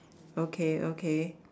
okay okay